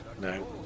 No